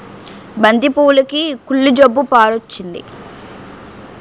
బంతి పువ్వులుకి కుళ్ళు జబ్బు పారొచ్చింది